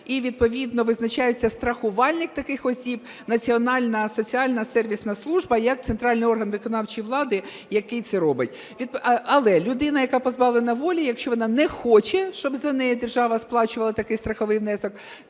І відповідно визначається страхувальник таких осіб – Національна соціальна сервісна служба як центральний орган виконавчої влади, який це робить. Але людина, яка позбавлена волі, якщо вона не хоче, щоб за неї держава сплачувала такий страховий внесок,